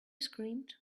screamed